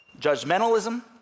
Judgmentalism